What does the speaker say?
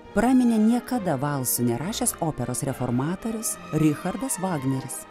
praminė niekada valsų nerašęs operos reformatorius richardas vagneris